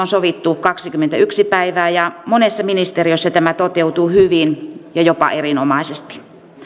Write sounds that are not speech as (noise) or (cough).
(unintelligible) sovittu kaksikymmentäyksi päivää ja monessa ministeriössä tämä toteutuu hyvin ja jopa erinomaisesti